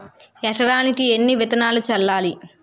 ఎకరానికి ఎన్ని విత్తనాలు చల్లాలి?